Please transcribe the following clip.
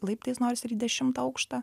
laiptais nors į dešimtą aukštą